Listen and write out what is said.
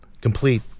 complete